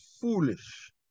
foolish